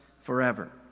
forever